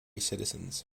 citizens